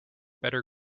better